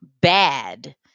bad